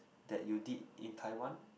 that you did in Taiwan